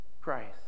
Christ